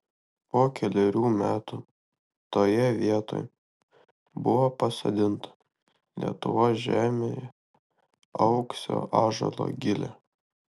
po kelerių metų toje vietoj buvo pasodinta lietuvos žemėje augusio ąžuolo gilė